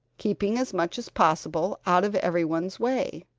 keeping as much as possible out of everyone's way.